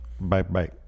Bye-bye